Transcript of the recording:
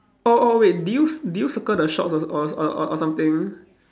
oh oh wait did you did you circle the shorts or or or or something